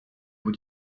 vous